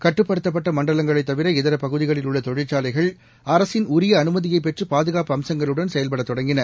கட்டுப்படுத்தப்பட்ட மண்டலங்களைத் தவிர இதர பகுதிகளில் உள்ள தொழிற்சாலைகள் அரசின் உரிய அனுமதியை பெற்று பாதுகாப்பு அம்சங்களுடன் செயல்பட தொடங்கின